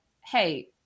hey